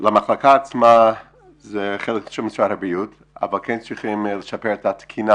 למחלקה עצמה זה חלק של משרד הבריאות אבל כן צריכים לשפר את התקינה